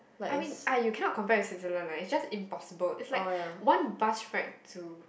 I mean ah you cannot compare with Switzerland lah it's just impossible it's like one bus ride to